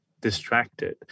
distracted